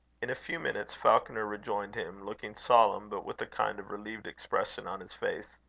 in a few minutes falconer rejoined him, looking solemn, but with a kind of relieved expression on his face.